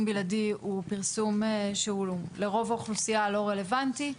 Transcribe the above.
בלעדי הוא פרסום שהוא לרוב האוכלוסייה לא רלוונטי.